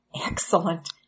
Excellent